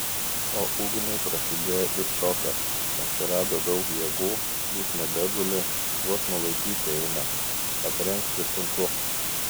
o ugniui prasidėjo it šokas atsirado daug jėgų jis nebeguli vos nulaikyti eina aprengti sunku